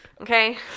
Okay